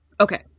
Okay